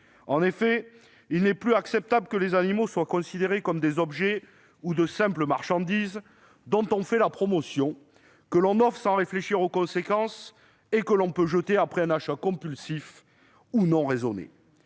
En effet, il n'est plus acceptable que les animaux soient considérés comme des objets ou de simples marchandises dont on fait la promotion, que l'on offre sans réfléchir aux conséquences et que l'on peut jeter après un achat compulsif ou non raisonné.